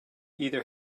either